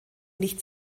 nicht